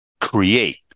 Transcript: create